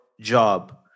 job